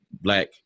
black